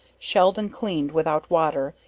shelled and cleaned without water,